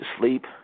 sleep